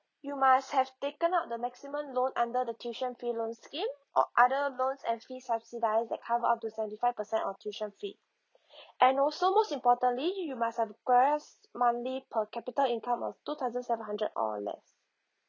you must have taken up the maximum loan under the tuition fee loan scheme or other loans and fee subsidise that cover up to seventy five percent of tuition fee and also most importantly you must have gross monthly per capita income of two thousand seven hundred or less